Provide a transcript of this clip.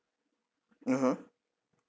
(uh huh)